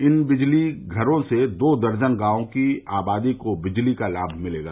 इन बिजलीघरों से दो दर्जन गांवों की आबादी को बिजली का लाभ मिलेगा